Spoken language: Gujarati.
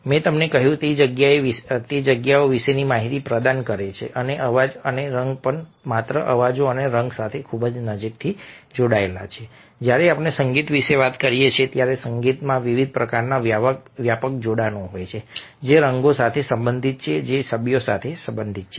મેં તમને કહ્યું તે જગ્યાઓ વિશેની માહિતી પ્રદાન કરે છે અને અવાજ અને રંગ પણ માત્ર અવાજો અને રંગ સાથે ખૂબ જ નજીકથી જોડાયેલા છે જ્યારે આપણે સંગીત વિશે વાત કરીએ છીએ ત્યારે સંગીતમાં વિવિધ પ્રકારના વ્યાપક જોડાણો હોય છે જે રંગો સાથે સંબંધિત છે જે છબીઓ સાથે સંબંધિત છે